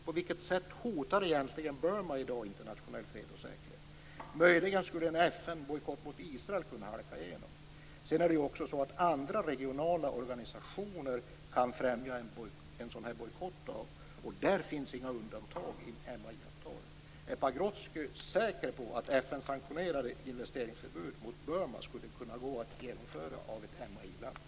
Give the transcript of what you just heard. På vilket sätt hotar egentligen Burma i dag internationell fred och säkerhet? Möjligen skulle en FN-bojkott mot Israel kunna halka igenom. Sedan är det ju så att andra regionala organisationer kan främja en sådan bojkott, och där finns inga undantag i MAI-avtalet. Är Pagrotsky säker på att FN-sanktionerade förbud mot investeringar i Burma skulle kunna gå att genomföra av ett MAI-land?